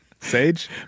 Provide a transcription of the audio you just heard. Sage